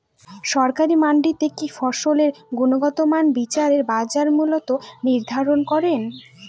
সরকারি মান্ডিতে কি ফসলের গুনগতমান বিচারে বাজার মূল্য নির্ধারণ করেন?